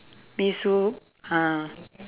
mee soup ah